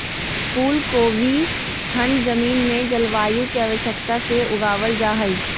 फूल कोबी ठंड जमीन में जलवायु की आवश्यकता से उगाबल जा हइ